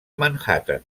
manhattan